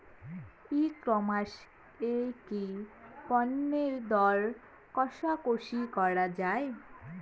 ই commerce এ কি পণ্যের দর কশাকশি করা য়ায়?